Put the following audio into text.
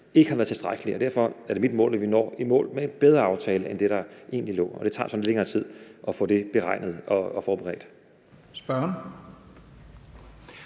ikke har været tilstrækkelige, og derfor er det mit mål, at vi når i mål med en bedre aftale end det, der egentlig lå, og det tager så lidt længere tid at få det beregnet og forberedt. Kl.